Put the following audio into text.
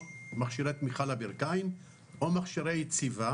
או מכשירי תמיכה לברכיים או מכשירי יציבה